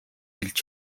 хэлж